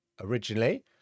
Originally